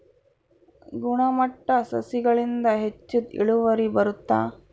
ಗುಣಮಟ್ಟ ಸಸಿಗಳಿಂದ ಹೆಚ್ಚು ಇಳುವರಿ ಬರುತ್ತಾ?